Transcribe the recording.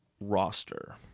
roster